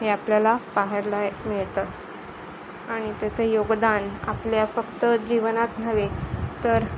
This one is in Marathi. हे आपल्याला पाहायला मिळतं आणि त्याचं योगदान आपल्या फक्त जीवनात नव्हे तर